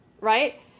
right